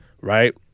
right